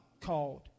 called